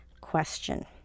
question